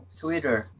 Twitter